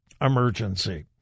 emergency